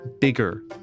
bigger